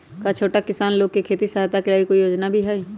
का छोटा किसान लोग के खेती सहायता के लगी कोई योजना भी हई?